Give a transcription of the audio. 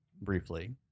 briefly